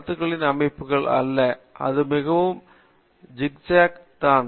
கருத்துக்களின் அமைப்பு ஒரு அல்ல அது மிகவும் மிகவும் ஜிக் ஜாக் தான்